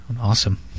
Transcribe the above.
Awesome